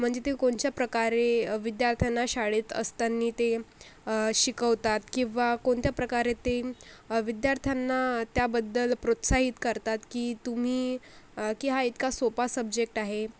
म्हणजे ते कोणच्या प्रकारे विद्यार्थ्यांना शाळेत असताना ते शिकवतात किंवा कोणत्या प्रकारे ते विद्यार्थ्यांना त्याबद्दल प्रोत्साहित करतात की तुम्ही की हा इतका सोपा सब्जेक्ट आहे